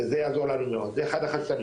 וזה יעזור לנו מאוד, זה אחד החסמים.